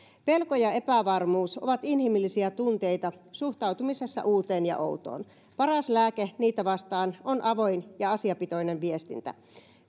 pelko ja epävarmuus ovat inhimillisiä tunteita suhtautumisessa uuteen ja outoon paras lääke niitä vastaan on avoin ja asiapitoinen viestintä